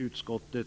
Utskottet